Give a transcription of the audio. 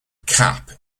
cap